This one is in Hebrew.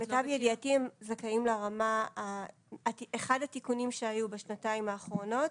אחד התיקונים שהיו בשנתיים האחרונות,